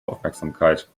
aufmerksamkeit